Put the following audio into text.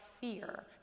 fear